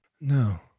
No